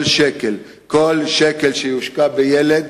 כל שקל שיושקע בילד,